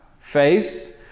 face